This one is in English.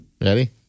Ready